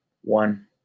One